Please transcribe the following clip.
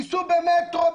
ייסעו במטרו,